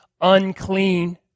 unclean